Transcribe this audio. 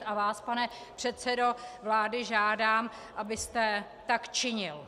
A vás, pane předsedo vlády, žádám, abyste tak činil.